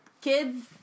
Kids